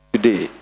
Today